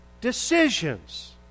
decisions